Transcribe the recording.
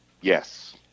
yes